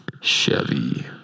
Chevy